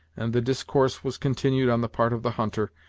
and the discourse was continued on the part of the hunter,